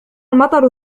المطر